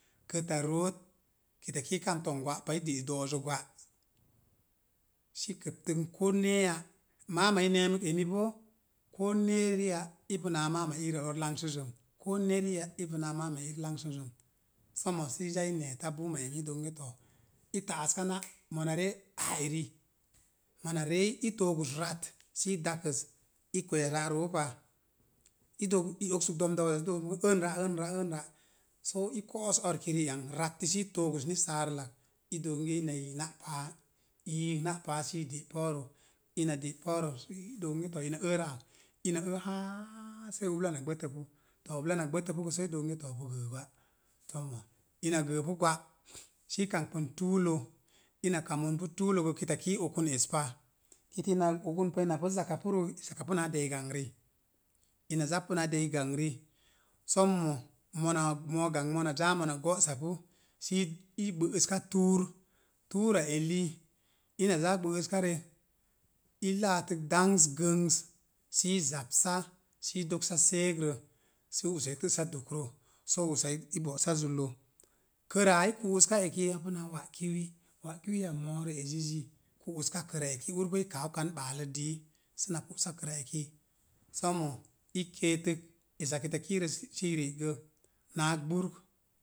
Kəta root kitaki i kamkp toms gwa pa i de'es do̱'zə gwa sə i kəptə koo ne̱e̱ya. Maāmā i ne̱e̱mək emi boo koo ne̱e̱riya ipu naa maàma iirə ar lang sissəm, koo ne̱riya ipu naa maáma irrə ar langsizzəm. Somo səi za ne̱e̱ta bumma emi, i dook inge to, i ta'aska na mona ree aa eri, mona ree i toogəs rat sə i dakəs, i kwees ra too pa. I dook i oksək domda oza sə dook bonge əən ra əən ra'. So i ko̱'os arki ri'ana, ratti sii toogəs ni saalərak i dook inge ina yi na paa, i yiik nai paa sə i de pouro. Ina de pouro sə i dook bonge ina əə ra'aak, iná əə haa sei ubla na gbətəpu. To, ubla na gbətə pu sei i doole bonge to bo gəə gwa. sommo ina gəəpu gwa sə i kamkpən tuulo, ina kaməu pu tuulo gə kitaki i okən es pa. Kitinan ogən pa ina pu zakapurə, i zakapu naa dei gangri. Ina zappu naa dei gangri, sommo, mo̱o̱ gangz mona zaa mona go̱'sapu sə i gbə'əska tuur. Tuura eli, ina zaa gbə'əskarə i laatək dangs gəngs sii zapsa sii doksa seegrə sə usa i tə'sa dukro, soo usa i bo̱'sa zullə. Kəra i ku'uska elei apu naa wa'kiwi, wa'kiwi a mo̱o̱rə ezizi ku'uska kəra eki, ur boo i kaau kan ɓaalə dii səna ku'sa kəra ele, somo i keetək esak kitaki rəsii ri'gə naa gburk.